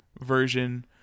version